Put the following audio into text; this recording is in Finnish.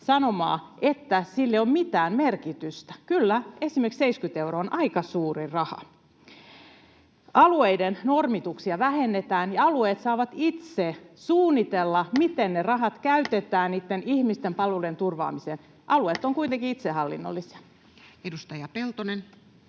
sanomaa, että sillä ei ole mitään merkitystä. Kyllä esimerkiksi 70 euroa on aika suuri raha. Alueiden normituksia vähennetään, ja alueet saavat itse suunnitella, miten ne rahat käytetään ihmisten palveluiden turvaamiseen. Alueet ovat kuitenkin itsehallinnollisia. [Speech